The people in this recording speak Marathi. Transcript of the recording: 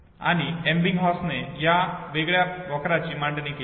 आणि एबिंगहॉसने या वेगळ्या वक्राची मांडणी केली आहे